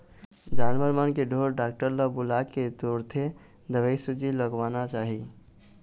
जानवर मन के ढोर डॉक्टर ल बुलाके तुरते दवईसूजी लगवाना चाही